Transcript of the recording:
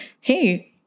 hey